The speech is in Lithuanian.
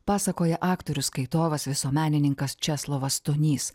pasakoja aktorius skaitovas visuomenininkas česlovas stonys